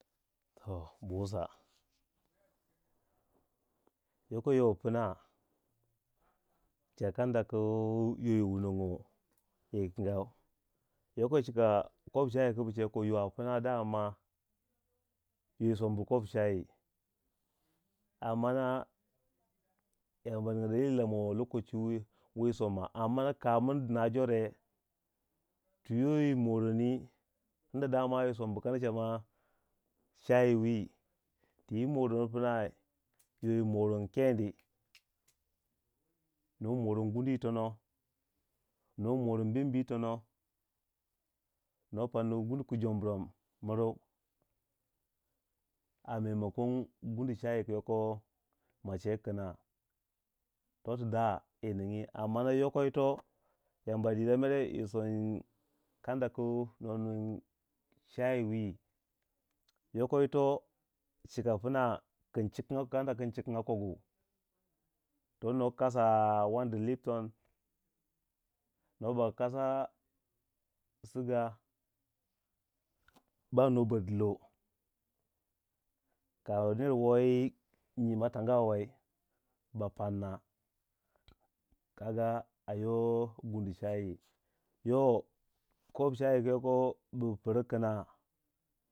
To bu wusa yoko yo pna chika kanda ku yo yi wunongo yoyi kinga, yoko cika kop shayi ku bu cegu ko yo apna damam ma, yoyi sombu kop shayi ammana Yamba ninga dalili yi lamanga lokoci wuyi somaamma kapin dina jore, twi yo yi morondi tunda dama yi sombu kana cha ma shayi wi, tiyi morond pna yi moroni keni, no moroni gundu yitono, no moroni bembi yitono, no panni gundu ku jomrom mriu a memakon gundu shayi ku yoko ma cegu kina, toti da yi ningi ammana yokoyito yamba dina mere yi som kanda kino ning shayi wi yokoyito cika pna kanda kin cikinga kogu to no kasa a wandi lipton no ba kasa suga ba noba dilo, kaner woyi nyima tanga wa wei ba panna kaga a yo gundu shayi, yo kop shayi ku yoko bu pirgu kna.